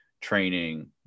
training